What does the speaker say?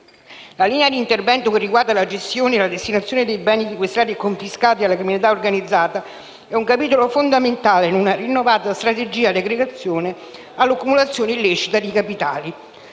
La linea di intervento che riguarda la gestione e la destinazione dei beni sequestrati e confiscati alla criminalità organizzata è un capitolo fondamentale in una rinnovata strategia di aggressione all'accumulazione illecita di capitali.